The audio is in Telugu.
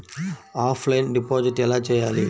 ఆఫ్లైన్ డిపాజిట్ ఎలా చేయాలి?